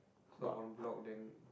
so en-bloc then